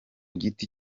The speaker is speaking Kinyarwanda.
giti